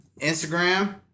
instagram